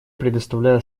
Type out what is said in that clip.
предоставляю